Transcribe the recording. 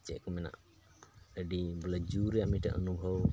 ᱪᱮᱫ ᱠᱚ ᱢᱮᱱᱟ ᱟᱹᱰᱤ ᱵᱚᱞᱮ ᱡᱩ ᱨᱮᱭᱟᱜ ᱢᱤᱫᱴᱟᱝ ᱚᱱᱩᱵᱷᱚᱵ